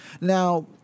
Now